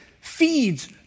feeds